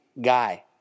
guy